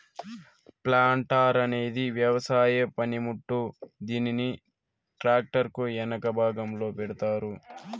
planter అనేది వ్యవసాయ పనిముట్టు, దీనిని ట్రాక్టర్ కు ఎనక భాగంలో పెడతారు